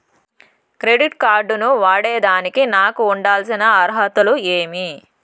Credit card ను వాడేదానికి నాకు ఉండాల్సిన అర్హతలు ఏమి?